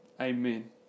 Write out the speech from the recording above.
Amen